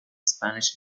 spanish